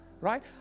right